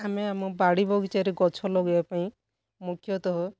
ଆମେ ଆମ ବାଡ଼ି ବଗିଚାରେ ଗଛ ଲଗେଇବାପାଇଁ ମୁଖ୍ୟତଃ